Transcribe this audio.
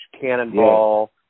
Cannonball